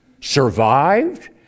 survived